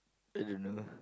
I don't know